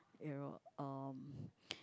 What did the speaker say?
you know um